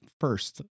first